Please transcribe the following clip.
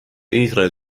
iisraeli